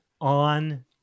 on